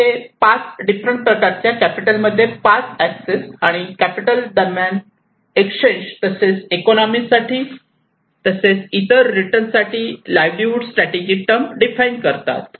ते 5 डिफरंट प्रकारच्या कॅपिटलमध्ये 5 एक्सेस आणि कॅपिटल दरम्यान एक्सचेंज तसेच इकॉनोमी तसेच इतर रिटर्न साठी लाईव्हलीहूड स्ट्रॅटेजि टर्म डिफाइन करतात